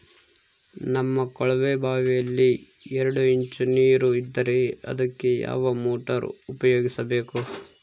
ನಮ್ಮ ಕೊಳವೆಬಾವಿಯಲ್ಲಿ ಎರಡು ಇಂಚು ನೇರು ಇದ್ದರೆ ಅದಕ್ಕೆ ಯಾವ ಮೋಟಾರ್ ಉಪಯೋಗಿಸಬೇಕು?